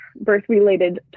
birth-related